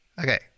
okay